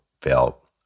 felt